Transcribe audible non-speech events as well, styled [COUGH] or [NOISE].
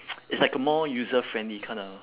[NOISE] it's like a more user friendly kinda